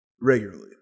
Regularly